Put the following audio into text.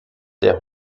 der